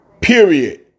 Period